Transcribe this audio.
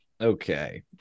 Okay